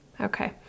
Okay